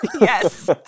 Yes